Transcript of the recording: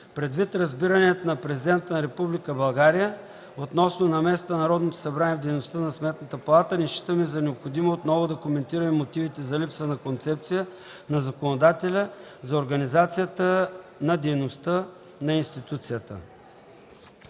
Предвид разбиранията на Президента на Република България относно намесата на Народното събрание в дейността на Сметната палата, не считаме за необходимо отново да коментираме мотивите за липса на концепция на законодателя за организацията на дейността на институцията.